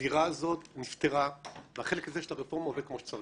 הזירה הזאת נפתרה והחלק הזה של הרפורמה עובד כמו שצריך.